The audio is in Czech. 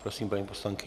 Prosím, paní poslankyně.